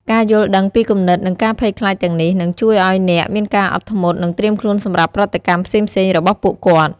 ការយល់ដឹងពីគំនិត និងការភ័យខ្លាចទាំងនេះ នឹងជួយឱ្យអ្នកមានការអត់ធ្មត់ និងត្រៀមខ្លួនសម្រាប់ប្រតិកម្មផ្សេងៗរបស់ពួកគាត់។